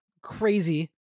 Crazy